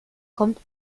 kommt